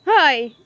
हय